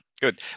Good